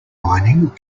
mining